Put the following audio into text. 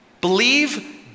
Believe